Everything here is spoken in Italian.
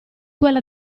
quella